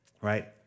right